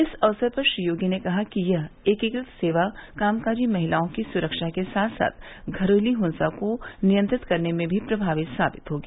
इस अवसर पर श्री योगी ने कहा कि यह एकीकृत सेवा कामकाजी महिलाओं की सुरक्षा के साथ साथ घरेलू हिंसा को नियंत्रित करने में भी प्रमावी साबित होगी